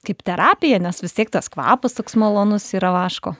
kaip terapija nes vis tiek tas kvapas toks malonus yra vaško